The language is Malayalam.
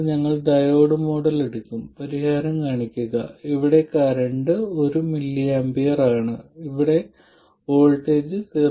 ഓപ്പറേറ്റിംഗ് പോയിന്റ് എന്തോ ആണെന്ന് പറയട്ടെ അത് എന്താണെന്ന് ഞങ്ങൾ ചെയ്യും ഞാൻ അതിനെ V10 V20 എന്ന് വിളിക്കാം